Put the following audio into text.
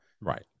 Right